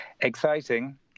exciting